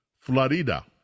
Florida